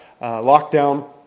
lockdown